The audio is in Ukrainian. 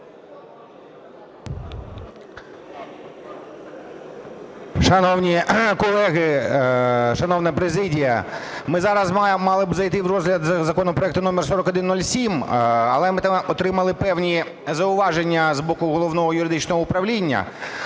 Шановні колеги, шановна президія! Ми зараз мали б зайти в розгляд законопроекту № 4107, але ми отримали певні зауваження з боку Головного юридичного управління.